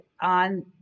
on